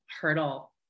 hurdle